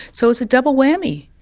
so it's a double-whammy,